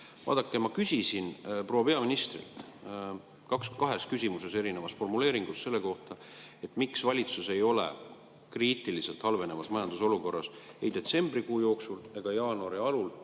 Vaadake, ma küsisin proua peaministrilt kahes küsimuses erinevas formuleeringus selle kohta, miks valitsus ei ole kriitiliselt halvenevas majandusolukorras ei detsembrikuu jooksul ega jaanuari alul